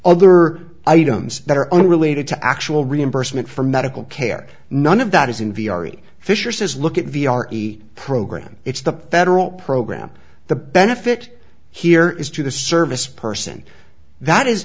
other items that are unrelated to actual reimbursement for medical care none of that is in v r e fisher says look at v r e program it's the federal program the benefit here is to the service person that